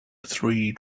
three